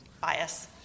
bias